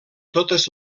totes